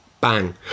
bang